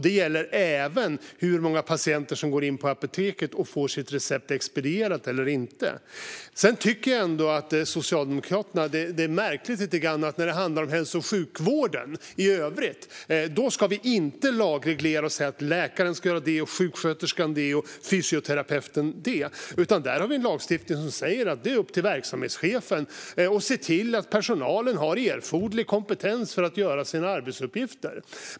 Det gäller även hur många patienter som går in på apoteket och får sitt recept expedierat eller inte. När det handlar om hälso och sjukvården i övrigt är det märkligt att Socialdemokraterna inte anser att den ska lagregleras, det vill säga reglera att läkaren ska göra det, sjuksköterskan ska göra det och fysioterapeuten ska göra det. Där finns en lagstiftning som säger att det är upp till verksamhetschefen att se till att personalen har erforderlig kompetens för att utföra sina arbetsuppgifter.